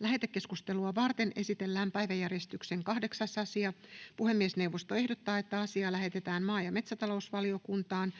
Lähetekeskustelua varten esitellään päiväjärjestyksen 6. asia. Puhemiesneuvosto ehdottaa, että asia lähetetään maa- ja metsätalousvaliokuntaan.